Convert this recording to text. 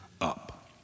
up